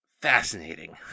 fascinating